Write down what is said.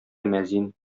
мәзин